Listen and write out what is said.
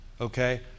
Okay